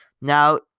Now